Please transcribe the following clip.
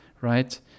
right